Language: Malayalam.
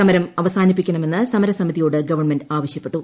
സമരം അവസാനിപ്പിക്കണമെന്ന് സമര സമിതിയോട് ഗവൺമെന്റ് ആവശ്യപ്പെട്ടു